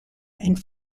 and